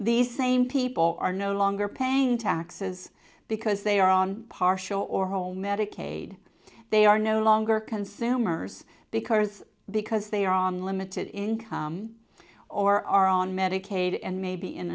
these same people are no longer paying taxes because they are on partial or home medicaid they are no longer consumers because because they are on limited income or are on medicaid and may be in